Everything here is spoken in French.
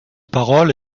parole